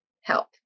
help